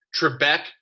Trebek